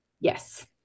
Yes